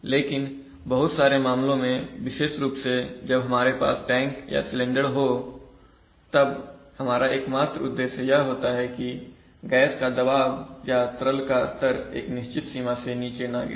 लेकिन बहुत सारे मामलों में विशेष रुप से जब हमारे पास टैंक हो या सिलेंडर हो तब हमारा एकमात्र उद्देश्य यह होता है कि गैस का दबाव या तरल का स्तर एक निश्चित सीमा से नीचे ना गिरे